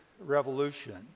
Revolution